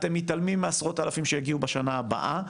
אתם מתעלמים מעשרות אלפים שיגיעו בשנה הבאה,